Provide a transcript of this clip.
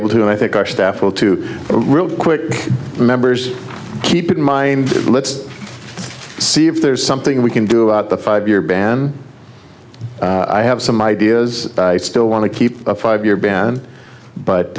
able to do and i think our staff will to a real quick members keep in mind let's see if there's something we can do about the five year ban i have some ideas i still want to keep a five year ban but